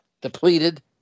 depleted